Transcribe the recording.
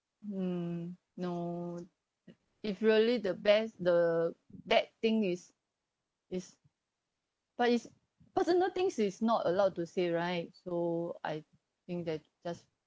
mm no if really the best the that thing is is but it's personal things is not allowed to say right so I think that just